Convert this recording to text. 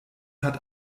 hat